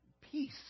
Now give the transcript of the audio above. peace